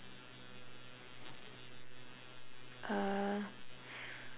err